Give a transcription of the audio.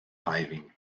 shaidhbhín